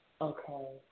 Okay